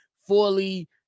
fully